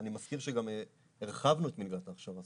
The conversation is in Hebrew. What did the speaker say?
אני מזכיר שגם הרחבנו את מלגת ההכשרה.